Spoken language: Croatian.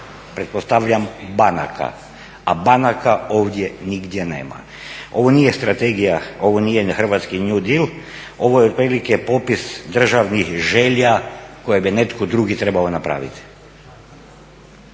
pretpostavljam banaka, a banaka ovdje nigdje nema. Ovo nije strategije, ovo nije na hrvatski new deal, ovo je otprilike popis državnih želja koje bi netko drugi trebao napraviti.